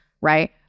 right